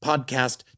podcast